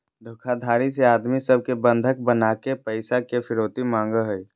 धोखाधडी से आदमी सब के बंधक बनाके पैसा के फिरौती मांगो हय